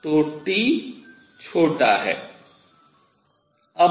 तो T छोटा है